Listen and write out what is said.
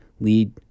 lead